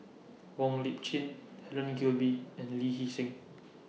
Wong Lip Chin Helen Gilbey and Lee Hee Seng